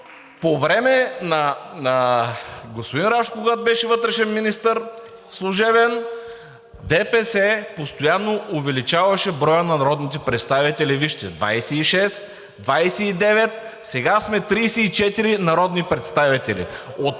по времето на господин Рашков, когато беше служебен вътрешен министър, ДПС постоянно увеличаваше броя на народните представители. Вижте: 26, 29, сега сме 34 народни представители,